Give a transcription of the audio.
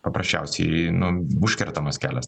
paprasčiausiai nu užkertamas kelias